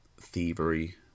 thievery